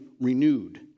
renewed